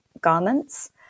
garments